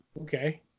Okay